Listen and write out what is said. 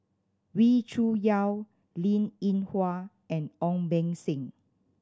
Wee Cho Yaw Linn In Hua and Ong Beng Seng